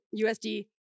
USD